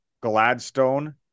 Gladstone